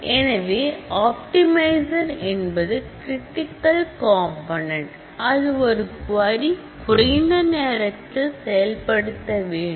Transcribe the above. எனவே ஆப்டிமைசர் என்பது critical component அது ஒரு க்வரி குறைந்த நேரத்தில் செயல்படுத்த வேண்டும்